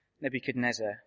Nebuchadnezzar